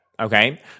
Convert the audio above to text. Okay